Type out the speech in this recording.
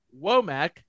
Womack